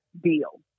deal